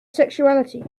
sexuality